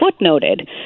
footnoted